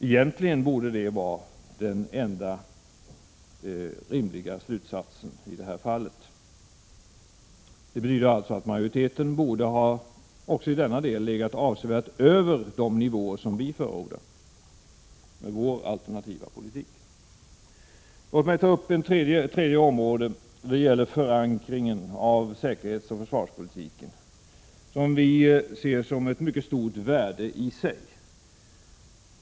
Egentligen borde det vara den enda rimliga slutsatsen i det här fallet. Det betyder alltså att majoritetens förslag också i denna del borde ha legat avsevärt över de nivåer som vi har förordat med vår alternativa politik. Låt mig ta upp ett tredje område. En väl förankrad säkerhetsoch försvarspolitik ser vi som ett mycket stort värde i sig.